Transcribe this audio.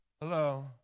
hello